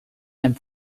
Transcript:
and